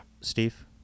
Steve